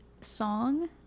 song